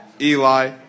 Eli